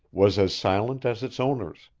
was as silent as its owners.